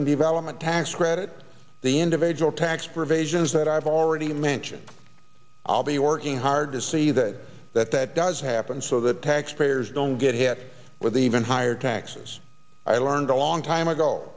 and development tax credit the individual tax provisions that i've already mentioned i'll be working hard to see that that that does happen so that taxpayers don't get hit with even higher taxes i learned a long time ago